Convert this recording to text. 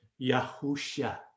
Yahusha